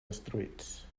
destruïts